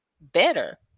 better